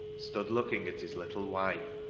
stood looking at his little wife.